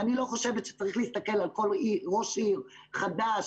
אני לא חושבת שצריך להסתכל על כל ראש עיר חדש,